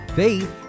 faith